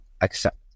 accept